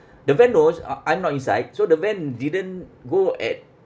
the van was uh I'm not inside so the van didn't go at